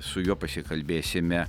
su juo pasikalbėsime